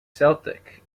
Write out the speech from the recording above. celtic